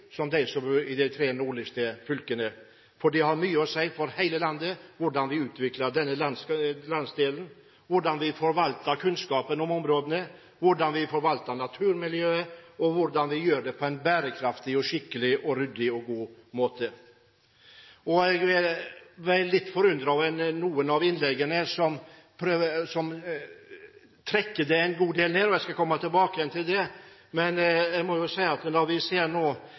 som de som bor i de tre nordligste fylkene. Det har mye å si for hele landet hvordan vi utvikler denne landsdelen, hvordan vi forvalter kunnskapen om områdene, hvordan vi forvalter naturmiljøet, og hvordan vi gjør det på en bærekraftig, skikkelig, ryddig og god måte. Jeg ble litt forundret over noen av innleggene som trekker dette en god del nedover, og jeg skal komme tilbake til det: Men jeg må si at når vi nå ser